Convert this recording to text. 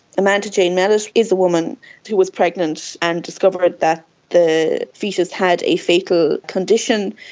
amanda jane mellet is a woman who was pregnant and discovered that the foetus had a fatal condition,